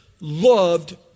loved